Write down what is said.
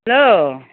hello